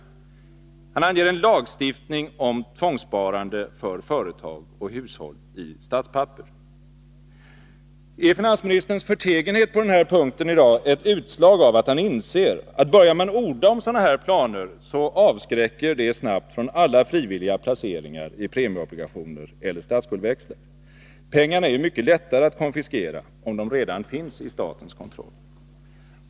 Därmed avser han en lagstiftning om tvångssparande för företag och hushåll i statspapper. Är finansministerns förtegenhet på den här punkten i dag ett utslag av att han inser att om man börjar orda om sådana planer avskräcker det snabbt från alla frivilliga placeringar i premieobligationer eller statsskuldväxlar? Pengarna är ju mycket lättare att konfiskera om de redan finns under statens kontroll.